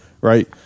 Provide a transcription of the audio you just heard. right